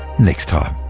next time.